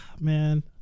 Man